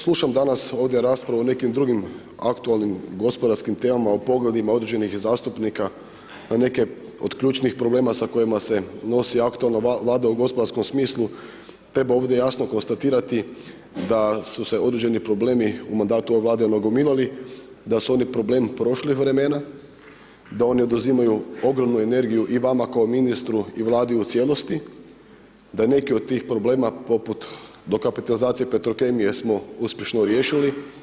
Slušam danas ovdje raspravu o nekim drugi aktualnim gospodarskim temama o pogledima određenih zastupnika na neke od ključnih problema sa kojima se nosi aktualna Vlada u gospodarskom smislu, treba ovdje jasno konstatirati da su se određeni problemi u mandatu ove Vlade nagomilali, da su oni problem prošlih vremena, da oni oduzimaju ogromnu energiju i vama kao ministru i Vladi u cijelosti, da neki od tih problema poput dokapitalizacije Petrokemije smo uspješno riješili.